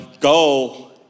goal